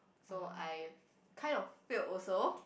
so I kind of failed also